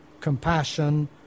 compassion